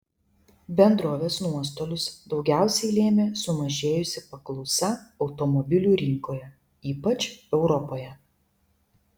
bendrovės nuostolius daugiausiai lėmė sumažėjusi paklausa automobilių rinkoje ypač europoje